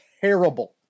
terrible